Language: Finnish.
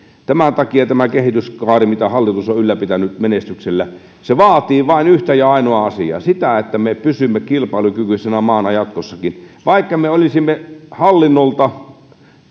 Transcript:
tämän takia tämä kehityskaari mitä hallitus on ylläpitänyt menestyksellä vaatii vain yhtä ja ainoaa asiaa sitä että me pysymme kilpailukykyisenä maana jatkossakin vaikka me olisimme hallinnolta